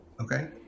Okay